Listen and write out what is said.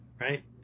right